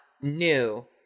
new